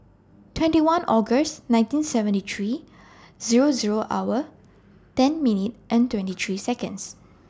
twenty one August nineteen seventy three Zero Zero hour ten minute and twenty three Seconds